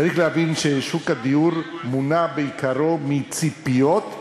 צריך להבין ששוק הדיור מונע בעיקרו מציפיות,